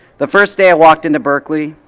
the first day i walked into berkeley,